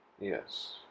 Yes